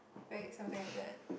right something like that